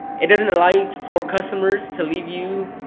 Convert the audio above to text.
it doesn't allow for customers to leave you,